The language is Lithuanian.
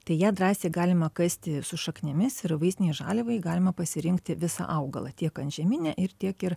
tai ją drąsiai galima kasti su šaknimis ir vaistinei žaliavai galima pasirinkti visą augalą tiek antžeminę ir tiek ir